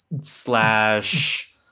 slash